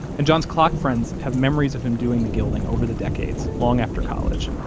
and john's clock friends have memories of him doing the guilding over the decades, long after college,